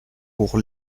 pour